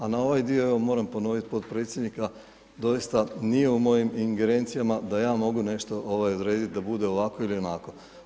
Ali, na ovaj dio, moram ponoviti potpredsjednika, doista nije u mojim ingerencijama da ja mogu nešto odrediti da bude ovako ili onako.